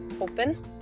open